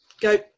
Go